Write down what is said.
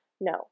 No